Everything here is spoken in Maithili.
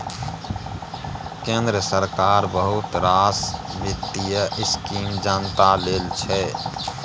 केंद्र सरकारक बहुत रास बित्तीय स्कीम जनता लेल छै